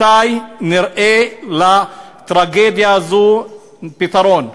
מתי נראה לטרגדיה הזאת פתרון?